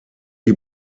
die